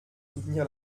soutenir